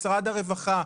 משרד הרווחה,